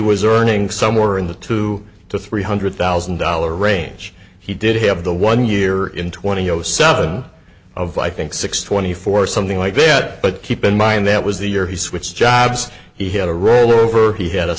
was earning somewhere in the two to three hundred thousand dollar range he did have the one year in twenty zero seven of like think six twenty four something like that but keep in mind that was the year he switched jobs he had a rollover he had a